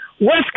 West